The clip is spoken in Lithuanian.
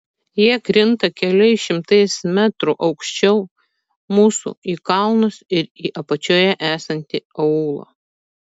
jie krinta keliais šimtais metrų aukščiau mūsų į kalnus ir į apačioje esantį aūlą